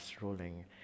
rolling